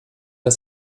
das